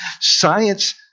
Science